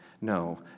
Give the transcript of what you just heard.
No